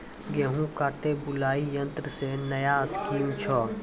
गेहूँ काटे बुलाई यंत्र से नया स्कीम छ?